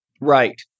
right